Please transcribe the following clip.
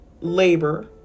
labor